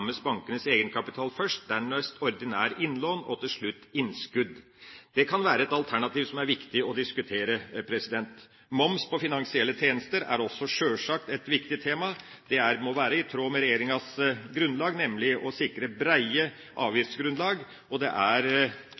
rammes bankenes egenkapital først, dernest ordinært innlån og til slutt innskudd. Det kan være et alternativ som det er viktig å diskutere. Moms på finansielle tjenester er sjølsagt også et viktig tema. Det må være i tråd med regjeringas grunnlag, nemlig å sikre breie avgiftsgrunnlag. Det er